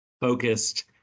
focused